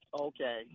okay